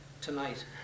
tonight